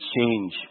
change